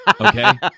okay